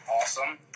awesome